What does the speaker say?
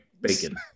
Bacon